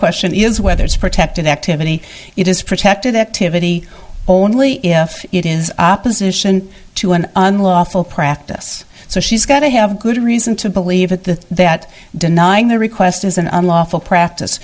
question is whether it's protected activity it is protected that to vittie only if it is opposition to an unlawful practice so she's got to have good reason to believe that the that denying the request is an unlawful practice